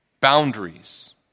Boundaries